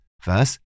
First